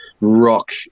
rock